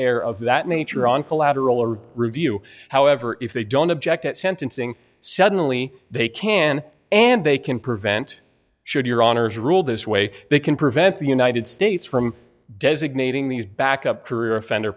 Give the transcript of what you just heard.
error of that nature on collateral or review however if they don't object at sentencing suddenly they can and they can prevent should your honour's rule this way they can prevent the united states from designating these backup career offender